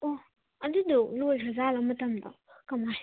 ꯑꯦ ꯑꯗꯨꯗꯣ ꯂꯣꯏꯈ꯭ꯔ ꯖꯥꯠꯂꯣ ꯃꯇꯝꯗꯣ ꯀꯃꯥꯏꯅ